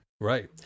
Right